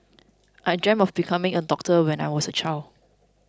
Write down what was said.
I dreamt of becoming a doctor when I was a child